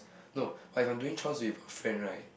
no when I'm doing chores with a friend right